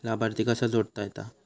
लाभार्थी कसा जोडता येता?